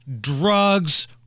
drugs